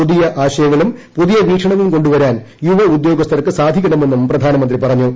പുതിയ ആശയങ്ങളും പുതിയ വീക്ഷണവും കൊണ്ടു വരാൻ യുവ ഉദ്യോഗസ്ഥന്മാർക്ക് സാധിക്കണമെന്നും പ്രധാനമന്ത്രി പറഞ്ഞു